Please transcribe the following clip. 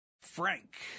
Frank